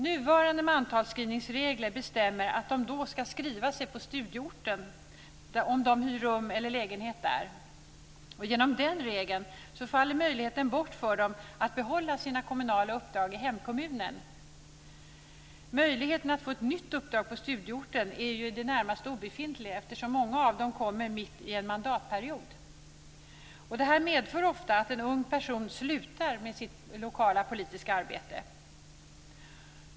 Nuvarande mantalsskrivningsregler bestämmer att de då ska skriva sig på studieorten om de hyr rum eller lägenhet där. Genom den regeln faller möjligheten bort för dem att behålla sina kommunala uppdrag i hemkommunen. Möjligheten att få ett nytt uppdrag på studieorten är i det närmaste obefintlig eftersom många av dem kommer mitt i en mandatperiod. Det medför ofta att en ung person slutar med sitt lokala politiska arbete.